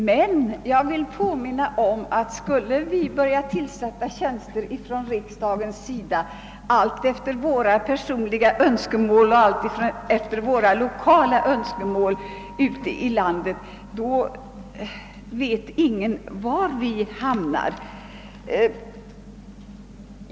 Men om vi här i riksdagen skulle börja tillsätta tjänster efter våra personliga och lokala önskemål, vet ingen var vi hamnar.